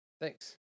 Thanks